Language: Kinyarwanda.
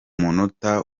munota